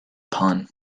pun